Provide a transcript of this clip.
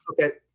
okay